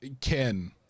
Ken